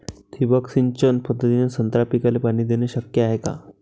ठिबक सिंचन पद्धतीने संत्रा पिकाले पाणी देणे शक्य हाये का?